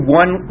one